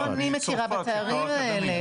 זה לא אני מכירה בתארים האלה.